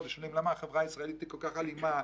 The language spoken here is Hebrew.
ושואלים למה החברה הישראלית היא כל כך אלימה,